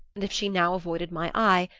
and if she now avoided my eye,